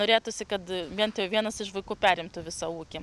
norėtųsi kad vien tai vienas iš vaikų perimtų visą ūkį